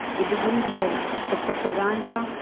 it begins with the propaganda,